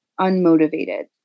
unmotivated